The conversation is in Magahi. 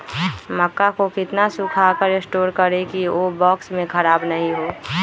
मक्का को कितना सूखा कर स्टोर करें की ओ बॉक्स में ख़राब नहीं हो?